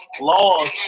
laws